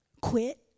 quit